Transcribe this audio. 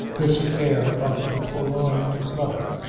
this affair of the purloined brother,